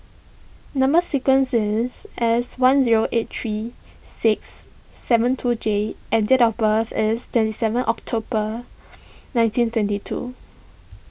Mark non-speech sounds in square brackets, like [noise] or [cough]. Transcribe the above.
Number Sequence is S one zero eight three six seven two J and date of birth is twenty seven October [noise] nineteen twenty two